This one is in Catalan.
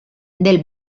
del